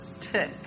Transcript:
tick